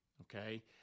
okay